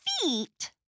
feet